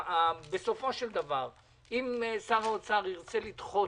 בסופו של דבר אם שר האוצר ירצה לדחות